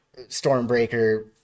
Stormbreaker